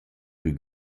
plü